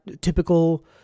typical